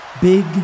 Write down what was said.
Big